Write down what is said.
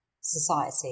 society